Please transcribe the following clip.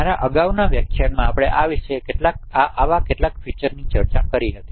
મારા અગાઉના વ્યાખ્યાનોમાં આવા કેટલાક ફીચરની ચર્ચા કરી હતી